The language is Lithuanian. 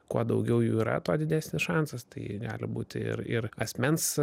kuo daugiau jų yra tuo didesnis šansas tai gali būti ir ir asmens